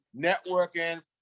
networking